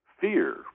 fear